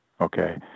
Okay